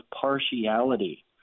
partiality